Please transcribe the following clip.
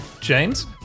James